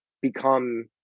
become